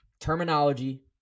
terminology